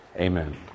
Amen